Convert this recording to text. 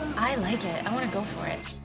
i like it. i want to go for it.